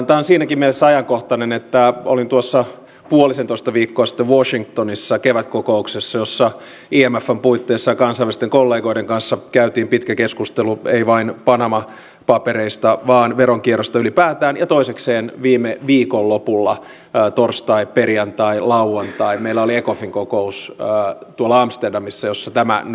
tämä on siinäkin mielessä ajankohtainen että olin puolisentoista viikkoa sitten washingtonissa kevätkokouksessa jossa imfn puitteissa ja kansainvälisten kollegoiden kanssa käytiin pitkä keskustelu ei vain panama papereista vaan veronkierrosta ylipäätään ja toisekseen viime viikon lopulla torstaina perjantaina ja lauantaina meillä oli amsterdamissa ecofin kokous jossa tämä nousi pääteemaksi